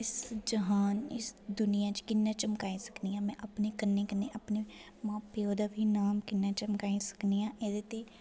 इस जहान इस दूनियां च कि'यां चमकाई सकनी आं में अपने कन्नै कन्नै अपने मां प्योऽ दा बी नाम कि'यां चमकाई सकनी आं एह्दे लेई